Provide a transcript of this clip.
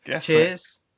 cheers